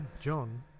John